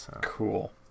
cool